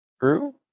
true